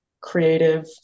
creative